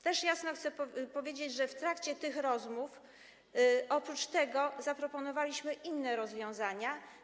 Też jasno chcę powiedzieć, że w trakcie tych rozmów, oprócz powyższego, zaproponowaliśmy inne rozwiązania.